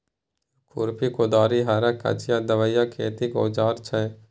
खुरपी, कोदारि, हर, कचिआ, दबिया खेतीक औजार छै